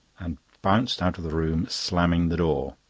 and bounced out of the room, slamming the door.